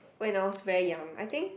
when I was very young I think